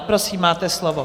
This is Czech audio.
Prosím, máte slovo.